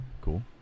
Cool